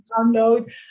download